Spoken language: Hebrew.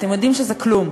אתם יודעים שזה כלום,